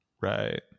Right